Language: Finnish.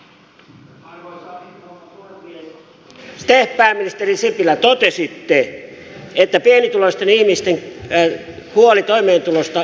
te pääministeri sipilä totesitte että pienituloisten ihmisten huoli toimeentulosta on kitinää